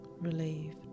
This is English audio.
relieved